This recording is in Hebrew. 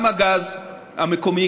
גם הגז המקומי,